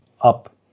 up